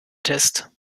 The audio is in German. test